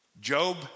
Job